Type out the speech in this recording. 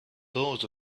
doors